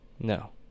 No